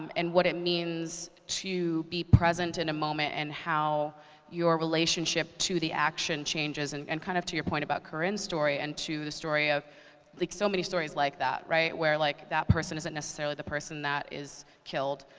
and what it means to be present in a moment and how your relationship to the action changes. and and kind of to your point about korryn's story and to the story of like so many stories like that, where like that person isn't necessarily the person that is killed.